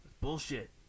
Bullshit